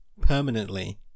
permanently